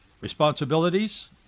responsibilities